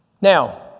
Now